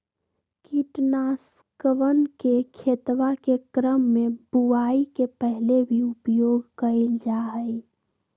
कीटनाशकवन के खेतवा के क्रम में बुवाई के पहले भी उपयोग कइल जाहई